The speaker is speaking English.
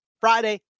Friday